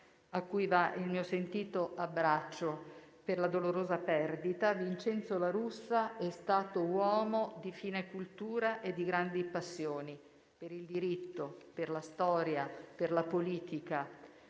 a cui va il mio sentito abbraccio per la dolorosa perdita, Vincenzo La Russa è stato uomo di fine cultura e di grandi passioni: per il diritto, per la storia, per la politica.